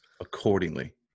accordingly